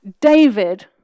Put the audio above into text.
David